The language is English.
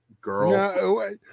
girl